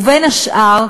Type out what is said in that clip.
בין השאר,